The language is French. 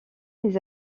les